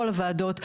כל הוועדות,